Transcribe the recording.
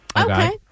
Okay